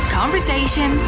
conversation